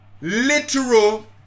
literal